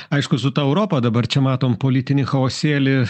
aišku su ta europa dabar čia matom politinį chaosėlį